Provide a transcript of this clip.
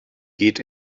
geht